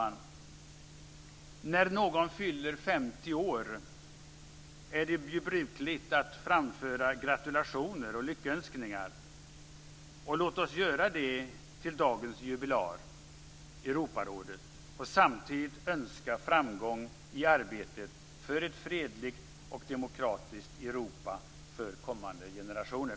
När någon fyller 50 år är det ju brukligt att framföra gratulationer och lyckönskningar. Låt oss göra det till dagens jubilar, Europarådet, och samtidigt önska framgång i arbetet för ett fredligt och demokratiskt Europa för kommande generationer.